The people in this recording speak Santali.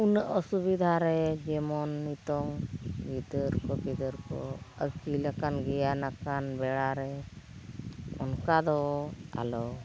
ᱩᱱᱟᱹᱜ ᱚᱥᱩᱵᱤᱫᱷᱟ ᱨᱮ ᱡᱮᱢᱚᱱ ᱱᱤᱛᱚᱜ ᱜᱤᱫᱟᱹᱨ ᱠᱚ ᱯᱤᱫᱟᱹᱨ ᱠᱚ ᱟᱹᱠᱞᱤ ᱟᱠᱟᱱ ᱜᱮᱭᱟᱱ ᱟᱠᱟᱱ ᱵᱮᱲᱟᱨᱮ ᱚᱱᱠᱟ ᱫᱚ ᱟᱞᱚ